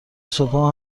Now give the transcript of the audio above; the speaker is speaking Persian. صبحها